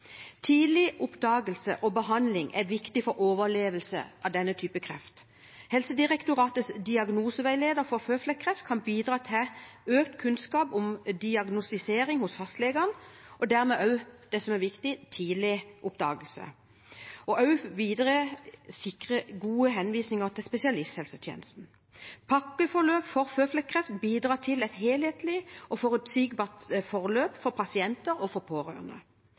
Tidlig oppdagelse og behandling er viktig for overlevelse av denne type kreft. Helsedirektoratets diagnoseveileder for føflekkreft kan bidra til økt kunnskap om diagnostisering hos fastlegene og dermed også til det som er viktig: tidlig oppdagelse og at en sikrer gode henvisninger til spesialisthelsetjenesten. Pakkeforløp for føflekkreft bidrar til et helhetlig og forutsigbart forløp for pasienter og for pårørende.